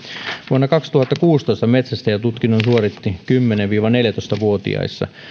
vuonna kaksituhattakuusitoista metsästäjätutkinnon suoritti kymmenen viiva neljätoista vuotiaissa